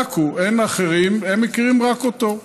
רק הוא, אין אחרים, הם מכירים רק אותו.